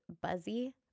buzzy